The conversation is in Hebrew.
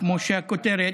כמו שהכותרת.